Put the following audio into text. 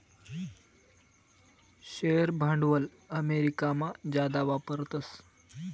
share भांडवल अमेरिकामा जादा वापरतस